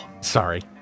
Sorry